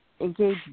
engage